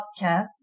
podcast